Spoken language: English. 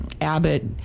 Abbott